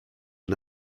and